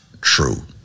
true